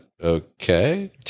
okay